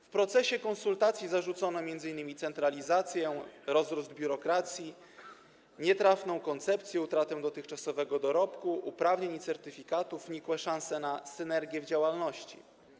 W trakcie konsultacji zarzucono m.in. centralizację, rozrost biurokracji, nietrafną koncepcję, utratę dotychczasowego dorobku, uprawnień i certyfikatów, nikłe szanse na synergię w działalności.